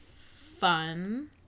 fun